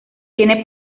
tiene